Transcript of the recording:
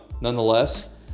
nonetheless